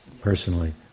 personally